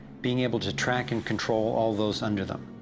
being able to track and control all those under them.